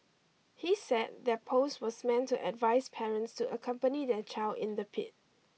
he said their post was meant to advise parents to accompany their child in the pit